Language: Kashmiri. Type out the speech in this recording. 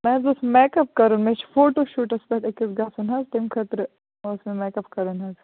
مےٚ حظ اوس میک اَپ کَرُن مےٚ چھُ فوٹوٗ شوٗٹس پٮ۪ٹھ أکِس گژھُن حظ تَمہِ خٲطرٕ اوس مےٚ میک اَپ کَرُن حظ